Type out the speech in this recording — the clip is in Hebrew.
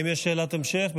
האם יש שאלת המשך?